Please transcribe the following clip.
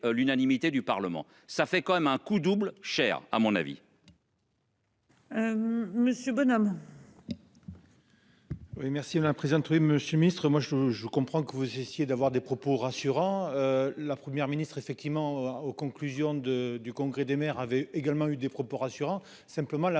l'unanimité du parlement, ça fait quand même un coup double cher à mon avis.-- Monsieur Bonhomme.-- Oui merci au président Wim. Moi je, je comprends que vous essayez d'avoir des propos rassurants. La Première ministre effectivement aux conclusions de du congrès des maires avaient également eu des propos rassurants simplement la